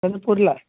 என்னது புரியல